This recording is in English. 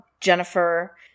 Jennifer